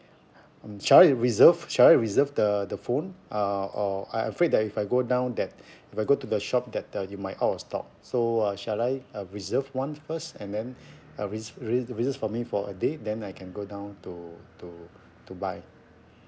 mm shall I reserve shall I reserve the the phone uh or I afraid that if I go down that if I go to the shop that the you might out of stock so uh shall I uh reserve one first and then uh re~ re~ reserve for me for a day then I can go down to to to buy